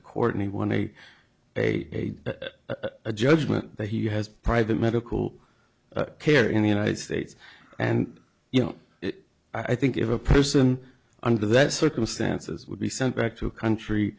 to court and he won a a a judgment that he has private medical care in the united states and you know it i think if a person under that circumstances would be sent back to a country